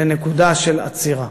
לנקודה של עצירה.